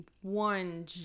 one